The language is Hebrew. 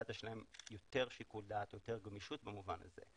אז יש להם יותר שיקול דעת ויותר גמישות במובן הזה.